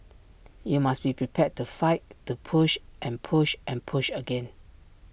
you must be prepared to fight to push and push and push again